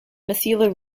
mithila